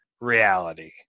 reality